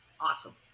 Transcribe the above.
Awesome